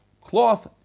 cloth